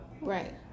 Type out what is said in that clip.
Right